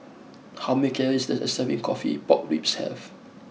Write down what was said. how many calories does a serving of Coffee Pork Ribs have